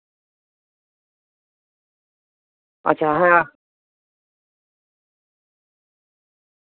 ᱟᱪᱪᱷᱟ ᱦᱮᱸ